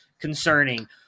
concerning